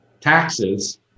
taxes